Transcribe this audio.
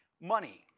money